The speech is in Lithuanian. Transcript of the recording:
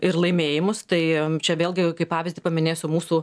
ir laimėjimus tai čia vėlgi kaip pavyzdį paminėsiu mūsų